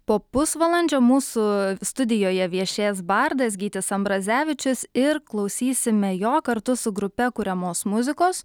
po pusvalandžio mūsų studijoje viešės bardas gytis ambrazevičius ir klausysime jo kartu su grupe kuriamos muzikos